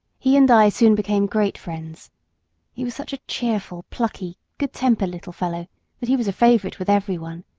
he and i soon became great friends he was such a cheerful, plucky, good-tempered little fellow that he was a favorite with every one,